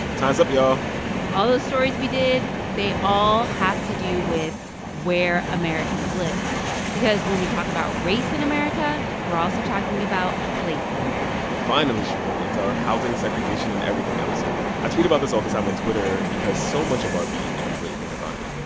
time's up, y'all all those stories we did, they all have to do with where americans live because when we talk about race in america, we're also talking about place in america finally, shereen, it's our housing, segregation and everything episode. i tweet about this all the time on twitter because so much of our beat, if you really think about it,